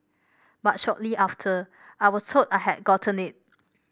but shortly after I was told I had gotten it